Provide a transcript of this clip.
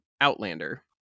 Outlander